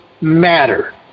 matter